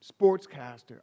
sportscaster